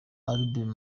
albin